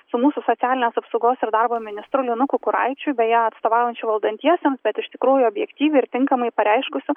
su mūsų socialinės apsaugos ir darbo ministru linu kukuraičiu beje atstovaujančiu valdantiesiems bet iš tikrųjų objektyviai ir tinkamai pareiškusiu